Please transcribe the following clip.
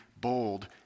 bold